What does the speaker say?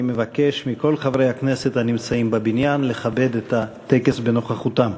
אני מבקש מכל חברי הכנסת הנמצאים בבניין לכבד את הטקס בנוכחותם.